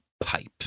pipe